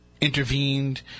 intervened